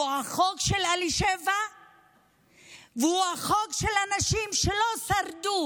הוא החוק של אלישבע והוא החוק של הנשים שלא שרדו